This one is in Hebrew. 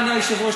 אדוני היושב-ראש,